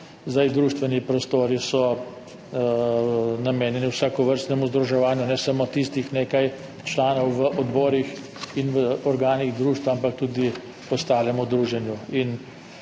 Društveni prostori so namenjeni vsakovrstnemu združevanju, ne samo tistim nekaj članom v odborih in v organih društva, ampak tudi ostalemu druženju.